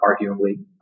arguably